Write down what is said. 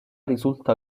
risulta